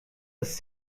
ist